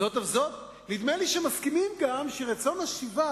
זאת אף זאת, נדמה לי שמסכימים גם שרצון השיבה,